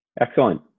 Excellent